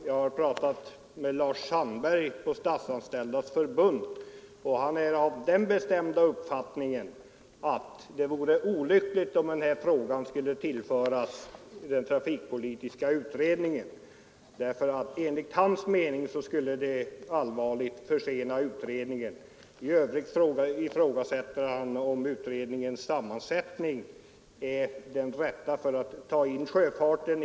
Jag har talat med Lars Sandberg i Statsanställdas förbund, och han är av den bestämda uppfattningen att det vore olyckligt om frågan skulle tillföras den trafikpolitiska utredningen. Enligt hans mening skulle det allvarligt försena utredningen. I övrigt ifrågasätter han om utredningens sammansättning är den rätta för att ta in sjöfarten i sammanhanget.